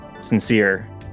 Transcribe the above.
sincere